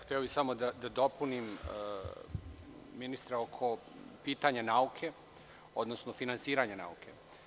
Hteo bih samo da dopunim ministra oko pitanja nauke, odnosno finansiranja nauke.